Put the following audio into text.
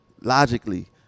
logically